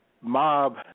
mob